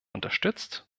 unterstützt